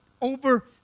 over